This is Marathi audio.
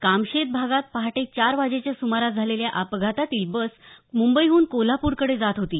कामशेत भागात पहाटे चार वाजेच्या सुमारास झालेल्या या अपघातातील बस मुंबईहून कोल्हापूरकडे जात होती